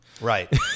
Right